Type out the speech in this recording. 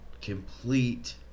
complete